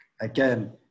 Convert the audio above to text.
again